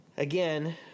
again